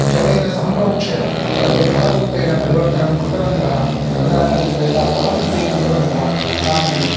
जलेन सम्प्रोक्ष्य तत् फलरूपेण परिवर्तनं कृतवन्तः तदानीं ते यदा फलं स्वीकृतवन्तः तदानीं